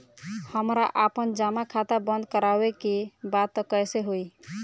हमरा आपन जमा खाता बंद करवावे के बा त कैसे होई?